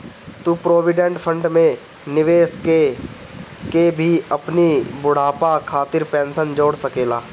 तू provident fund में निवेश कअ के भी अपनी बुढ़ापा खातिर पेंशन जोड़ सकेला